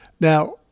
Now